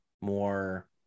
more